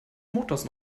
motors